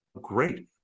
great